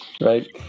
Right